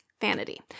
Vanity